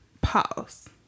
Pause